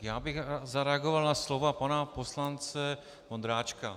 Já bych zareagoval na slova pana poslance Vondráčka.